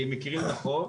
כי הם מכירים את החוק.